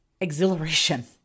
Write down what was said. exhilaration